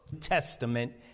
Testament